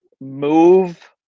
move